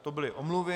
To byly omluvy.